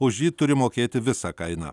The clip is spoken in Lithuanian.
už jį turi mokėti visą kainą